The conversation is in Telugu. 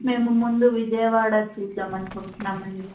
మేము ముందు విజయవాడ చూద్దామని అనుకుంటున్నాము అండి